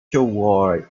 toward